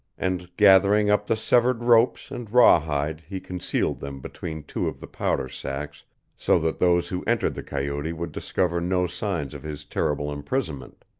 and gathering up the severed ropes and rawhide he concealed them between two of the powder sacks so that those who entered the coyote would discover no signs of his terrible imprisonment.